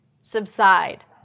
subside